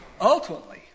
ultimately